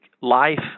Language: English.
life